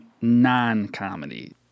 non-comedy